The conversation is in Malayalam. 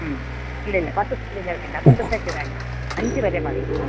മ്മ് ഇല്ലില്ല പത്ത് സെൻറ്റിൻ്റെ വേണ്ട പത്ത് സെൻറ്റ് വേണ്ട അഞ്ച് വരെ മതി ആ